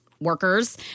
workers